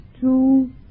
two